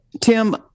Tim